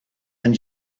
and